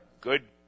good